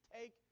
take